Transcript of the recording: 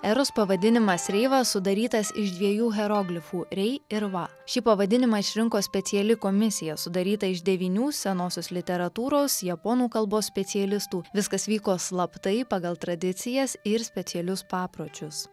eros pavadinimas reiva sudarytas iš dviejų hieroglifų rei ir va šį pavadinimą išrinko speciali komisija sudaryta iš devynių senosios literatūros japonų kalbos specialistų viskas vyko slaptai pagal tradicijas ir specialius papročius